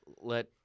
let